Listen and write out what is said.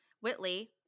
Whitley